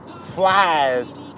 flies